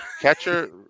catcher